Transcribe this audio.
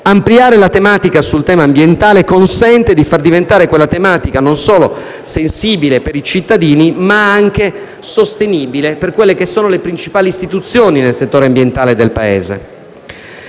Ampliare la tematica sul tema ambientale consente di far diventare quella tematica non solo sensibile per i cittadini ma anche sostenibile per quelle sono le principali istituzioni nel settore ambientale del Paese.